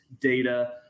data